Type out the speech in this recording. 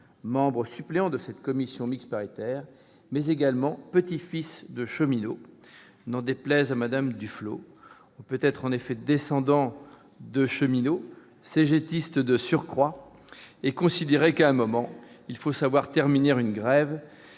membre suppléant de la commission mixte paritaire, mais également petit-fils de cheminot. N'en déplaise à Mme Duflot, on peut être descendant de cheminot- cégétiste de surcroît -et considérer que, à un certain moment, il faut savoir terminer une grève,